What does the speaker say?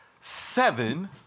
seven